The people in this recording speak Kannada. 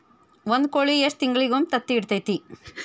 ಒಂದ್ ಕೋಳಿ ಎಷ್ಟ ತಿಂಗಳಿಗೊಮ್ಮೆ ತತ್ತಿ ಇಡತೈತಿ?